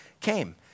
came